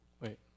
Wait